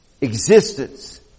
existence